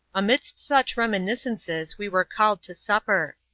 amidst such reminiscences we were called to supper.